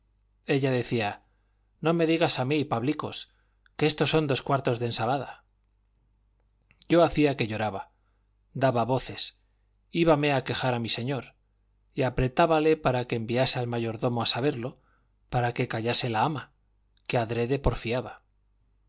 ella decía no me digas a mí pablicos que esto son dos cuartos de ensalada yo hacía que lloraba daba voces íbame a quejar a mi señor y apretábale para que enviase al mayordomo a saberlo para que callase la ama que adrede porfiaba